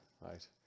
right